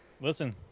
Listen